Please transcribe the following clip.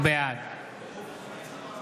בעד